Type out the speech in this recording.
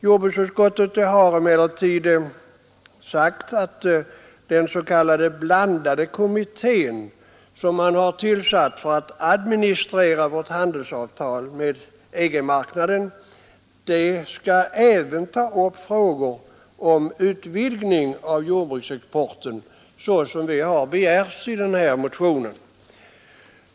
Jordbruksutskottet har emellertid sagt att den s.k. blandade kommittén, som man har tillsatt för att administrera vårt handelsavtal med EG-marknaden, även skall ta upp frågor om utvidgning av jordbruksexporten såsom begärts i motionen.